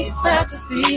fantasy